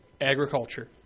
agriculture